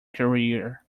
career